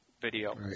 video